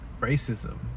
racism